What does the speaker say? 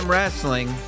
Wrestling